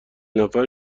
نفر